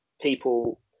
people